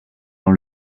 dans